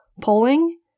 polling